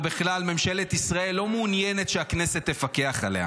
ובכלל ממשלת ישראל לא מעוניינת שהכנסת תפקח עליה.